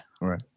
right